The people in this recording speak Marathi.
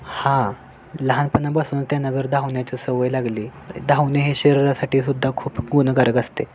हा लहानपणापासून त्यांना जर धावण्याची सवय लागली धावणे हे शरीरासाठी सुद्धा खूप गुणकारक असते